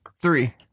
Three